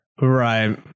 Right